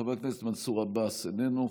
חבר הכנסת מנסור עבאס, איננו.